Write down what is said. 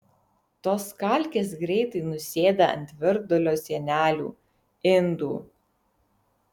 tos kalkės greitai nusėda ant virdulio sienelių indų